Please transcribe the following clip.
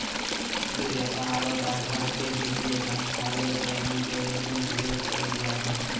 विक्रेता आरो डाकघर के वित्तीय संस्थान ले चैनल के रूप में उपयोग कइल जा हइ